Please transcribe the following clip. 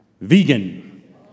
vegan